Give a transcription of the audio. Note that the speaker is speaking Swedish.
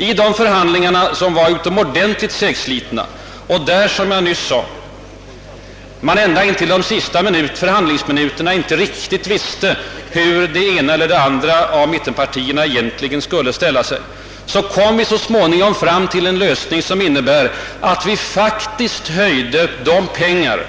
Vid de förhandlingarna — som var utomordentligt segslitna och där man som sagt ända till de sista förhandlingsminuterna inte riktigt visste, hur man från i varje fall ett av mittenpartierna skulle ställa sig — kom vi så småningom fram till en lösning som innebar, att vi ökade på de pengar